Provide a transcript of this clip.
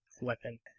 weapon